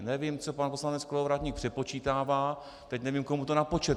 Nevím, co pan poslanec Kolovratník přepočítává, teď nevím, komu to napočetl.